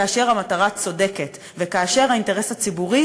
כאשר המטרה צודקת וכאשר האינטרס הציבורי